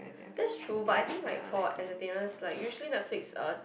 that's true but I think like for entertainment like usually Netflix uh